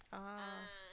ah